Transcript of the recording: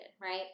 right